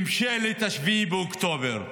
ממשלת 7 באוקטובר.